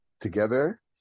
together